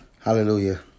Hallelujah